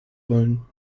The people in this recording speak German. wollen